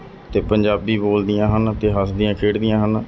ਅਤੇ ਪੰਜਾਬੀ ਬੋਲਦੀਆਂ ਹਨ ਅਤੇ ਹੱਸਦੀਆਂ ਖੇਡਦੀਆਂ ਹਨ